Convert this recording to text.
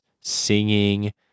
singing